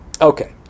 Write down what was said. Okay